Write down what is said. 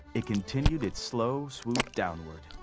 it continued its slow swoop downward.